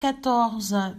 quatorze